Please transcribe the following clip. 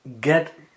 get